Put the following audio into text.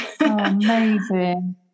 amazing